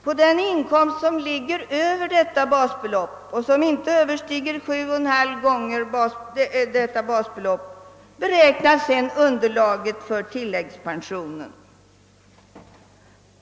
På den inkomst, som överskrider detta basbelopp och inte överstiger detta 7,5 gånger, beräknas underlaget för tilläggspensionen.